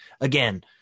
again